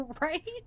right